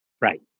Right